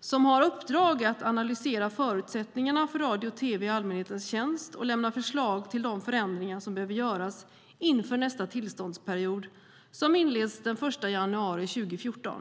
som har i uppdrag att analysera förutsättningarna för radio och tv i allmänhetens tjänst och lämna förslag till förändringar som behöver göras inför nästa tillståndsperiod som inleds den 1 januari 2014.